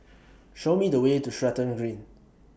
Show Me The Way to Stratton Green